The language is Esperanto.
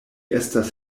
estas